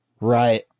Right